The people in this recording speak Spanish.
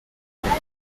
verano